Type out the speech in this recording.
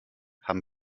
haben